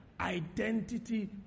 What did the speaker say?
identity